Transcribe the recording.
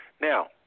Now